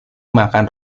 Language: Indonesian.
makan